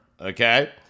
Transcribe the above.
Okay